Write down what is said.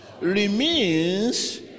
remains